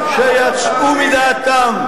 שיצאו מדעתם.